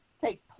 take